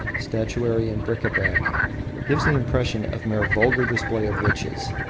statuary, and bric-a-brac gives the impression of mere vulgar display of riches.